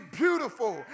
beautiful